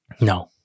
No